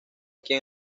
quien